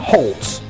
Holtz